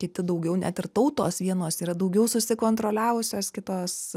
kiti daugiau net ir tautos vienos yra daugiau susikontroliavusios kitos